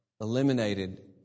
eliminated